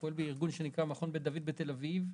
פועל בארגון שנקרא "מכון בית דוד" בתל אביב.